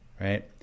Right